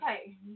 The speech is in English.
Okay